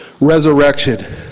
resurrection